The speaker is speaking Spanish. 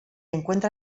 encuentra